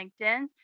LinkedIn